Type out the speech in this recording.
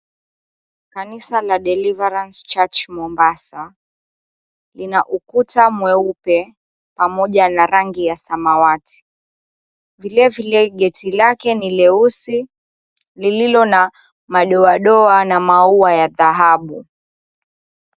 Kanisa la Deliverance church Mombasa, lina ukuta mweupe pamoja na rangi ya samawati, vilevile geti lake ni leusi lililo na madoadoa na maua ya dhahabu.